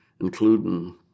including